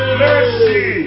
mercy